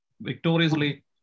victoriously